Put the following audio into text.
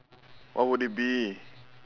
what would it be